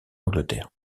angleterre